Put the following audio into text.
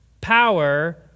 power